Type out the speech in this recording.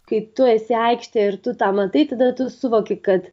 kai tu esi aikštėje ir tu tą matai tada tu suvoki kad